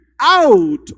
out